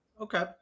Okay